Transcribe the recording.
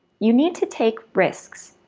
you need to take risks.